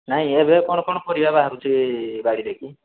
ନାଇଁ ଏବେ କ'ଣ କ'ଣ ପରିବା ବାହାରୁଛି ବାଡ଼ିରେ କି